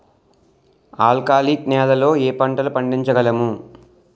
ఆల్కాలిక్ నెలలో ఏ పంటలు పండించగలము?